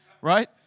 right